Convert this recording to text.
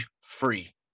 free